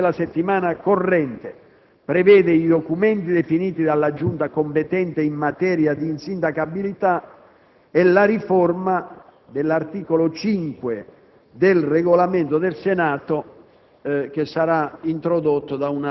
Ricordo infine che il calendario della settimana corrente prevede i documenti definiti dalla Giunta competente in materia di insindacabilità e l'esame della riforma dell'articolo 5 del Regolamento del Senato,